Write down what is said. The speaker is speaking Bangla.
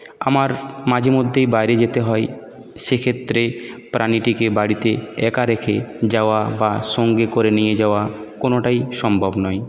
আমার মাঝেমধ্যেই বাইরে যেতে হয় সেক্ষেত্রে প্রাণীটিকে বাড়িতে একা রেখে যাওয়া বা সঙ্গে করে নিয়ে যাওয়া কোনোটাই সম্ভব নয়